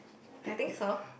I think so